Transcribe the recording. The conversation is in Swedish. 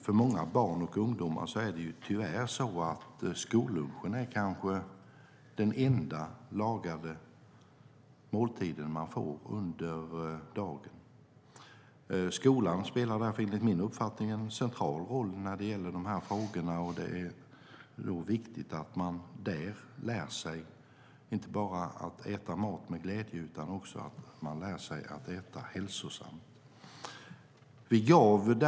För många barn och ungdomar är tyvärr skollunchen kanske är den enda lagade måltid de får under dagen. Skolan spelar därför enligt min uppfattning en central roll när det gäller de här frågorna. Det är viktigt att man i skolan lär sig inte bara att äta mat med glädje utan också att äta hälsosamt.